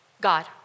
God